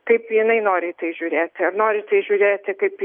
kaip jinai nori į tai žiūrėti ar norite žiūrėti kaip į